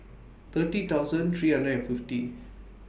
thirty thousand three hundred and fifty